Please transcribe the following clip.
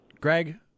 Greg